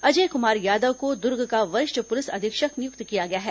अजय कुमार यादव को दुर्ग का वरिष्ठ पुलिस अधीक्षक नियुक्त किया गया है